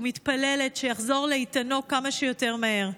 ומתפללת שיחזור לאיתנו כמה שיותר מהר.